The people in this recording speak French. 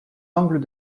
angles